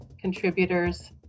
contributors